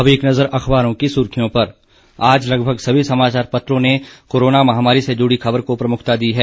अब एक नजर अखबारों की सुर्खियों पर आज लगभग सभी समाचार पत्रों ने कोरोना महामारी से जुड़ी खबर को प्रमुखता दी है